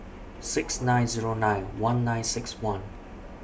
six nine Zero nine one nine six one